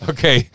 Okay